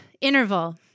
interval